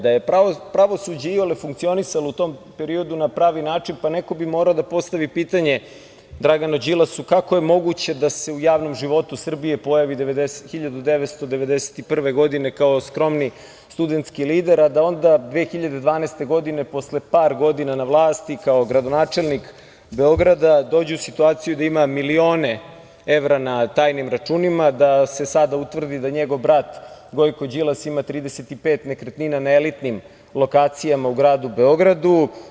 Da je pravosuđe iole funkcionisalo u tom periodu na pravi način, pa neko bi morao da postavi pitanje Draganu Đilasu - kako je moguće da se u javnom životu Srbije pojavi 1991. godine kao skromni studenski lider, a da onda 2012. godine, posle par godina na vlasti, kao gradonačelnik Beograda dođe u situaciju da ima milione evra na tajnim računima, da se sada utvrdi da njegov brat Gojko Đilas ima 35 nekretnina na elitnim lokacijama u gradu Beogradu.